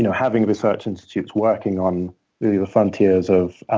you know having research institutes, working on the the frontiers of